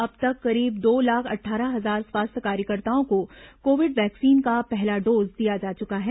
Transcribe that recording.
अब तक करीब दो लाख अट्ठारह हजार स्वास्थ्य कार्यकर्ताओं को कोविड वैक्सीन का पहला डोज दिया जा चुका है